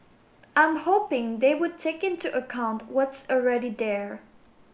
I'm hoping they would take into account what's already there